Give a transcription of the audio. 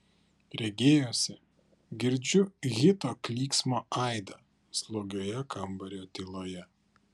regėjosi girdžiu hito klyksmo aidą slogioje kambario tyloje